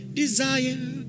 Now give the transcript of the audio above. desire